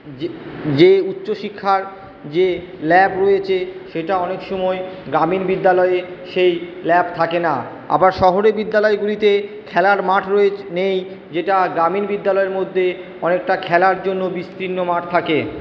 যে যে উচ্চ শিক্ষার যে ল্যাব রয়েছে সেটা অনেক সময় গ্রামীণ বিদ্যালয়ে সেই ল্যাব থাকে না আবার শহরের বিদ্যালয়গুলিতে খেলার মাঠ নেই যেটা গ্রামীণ বিদ্যালয়ের মধ্যে অনেকটা খেলার জন্য বিস্তীর্ণ মাঠ থাকে